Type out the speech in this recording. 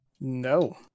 No